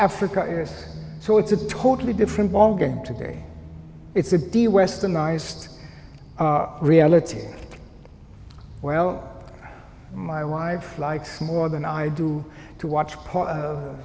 africa so it's a totally different ball game today it's a big deal westernized reality well my wife likes more than i do to watch